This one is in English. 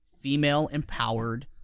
female-empowered